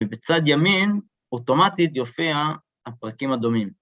ובצד ימין אוטומטית יופיע הפרקים הדומים.